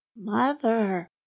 mother